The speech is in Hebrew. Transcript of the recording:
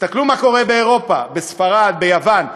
תסתכלו מה קורה באירופה, בספרד, ביוון.